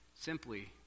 Simply